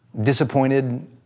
disappointed